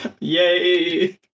yay